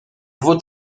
vaut